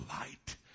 light